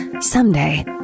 someday